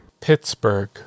Pittsburgh